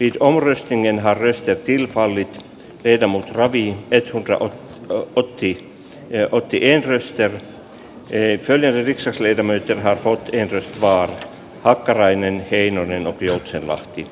isolauristinin harras ja kilpaili vermon ravit etelän rouva do otti ne otti empress kemp ei pyydellyt itse selitä miten hän voi kenties vaan hakkarainen heinonen otti joutsenlahti